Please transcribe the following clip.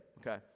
okay